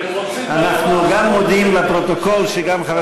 אדוני היושב-ראש, אנחנו היום מצביעים הכול בעד.